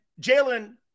Jalen